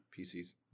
PCs